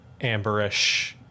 amberish